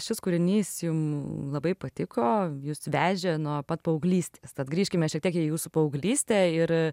šis kūrinys jum labai patiko jus vežė nuo pat paauglystės tad grįžkime šiek tiek į jūsų paauglystę ir